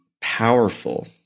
powerful